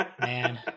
Man